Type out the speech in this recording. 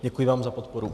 Děkuji vám za podporu.